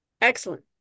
Excellent